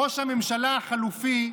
ראש הממשלה החלופי,